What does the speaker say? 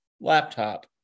laptop